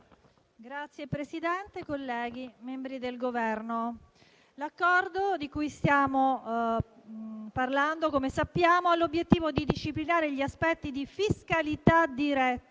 Signor Presidente, colleghi, membri del Governo, l'Accordo di cui stiamo parlando - come sappiamo - ha l'obiettivo di disciplinare gli aspetti di fiscalità diretta